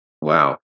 Wow